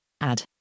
add